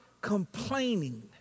complaining